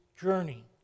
journey